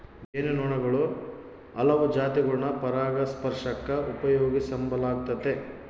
ಜೇನು ನೊಣುಗುಳ ಹಲವು ಜಾತಿಗುಳ್ನ ಪರಾಗಸ್ಪರ್ಷಕ್ಕ ಉಪಯೋಗಿಸೆಂಬಲಾಗ್ತತೆ